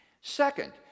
Second